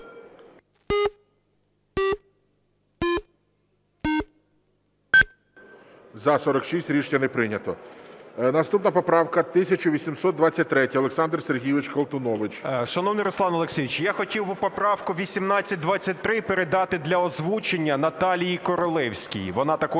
За-46 Рішення не прийнято. Наступна поправка 1823. Олександр Сергійович Колтунович. 12:43:00 КОЛТУНОВИЧ О.С. Шановний Руслан Олексійович, я хотів би поправку 1823 передати для озвучення Наталії Королевській, вона також